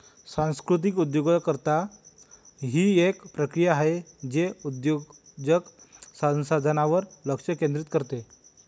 सांस्कृतिक उद्योजकता ही एक प्रक्रिया आहे जे उद्योजक संसाधनांवर लक्ष केंद्रित करते